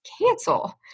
cancel